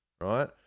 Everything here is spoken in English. right